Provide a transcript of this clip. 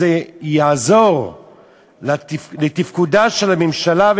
אם זה יעזור לתפקודה של הממשלה,